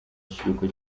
ikiruhuko